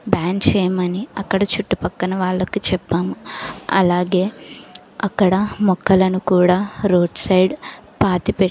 ban చేయమని అక్కడ చుట్టుపక్కన వాళ్ళకి చెప్పాను అలాగే అక్కడ మొక్కలను కూడా రోడ్ సైడ్ పాతిపెట్టాము